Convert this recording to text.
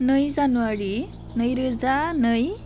नै जानुवारि नैरोजा नै